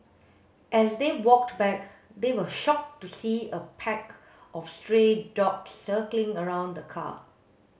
as they walked back they were shocked to see a pack of stray dogs circling around the car